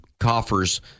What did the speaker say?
coffers